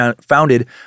founded